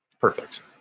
Perfect